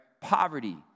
poverty